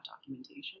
documentation